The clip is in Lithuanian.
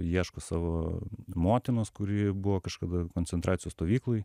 ieško savo motinos kuri buvo kažkada koncentracijos stovykloj